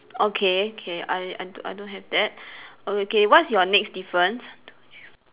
okay okay I I I don't have that okay what's your next difference one two three four